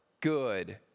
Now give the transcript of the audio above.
good